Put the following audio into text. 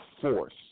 force